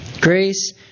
Grace